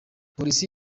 polisi